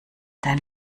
dein